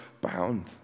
bound